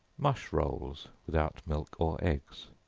mush rolls, without milk or eggs.